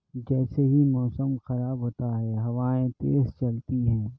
جیسے ہی موسم خراب ہوتا ہے ہوائیں تیز چلتی ہیں